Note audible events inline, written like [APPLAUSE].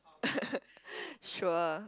[LAUGHS] sure